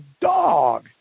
dog